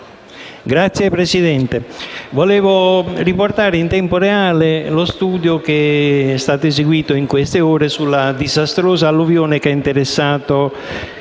Signor Presidente, desidero riportare in tempo reale lo studio che è stato eseguito in queste ore sulla disastrosa alluvione, che ha interessato